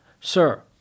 Sir